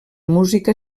música